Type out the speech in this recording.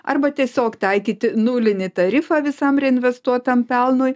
arba tiesiog taikyti nulinį tarifą visam reinvestuotam pelnui